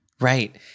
Right